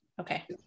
Okay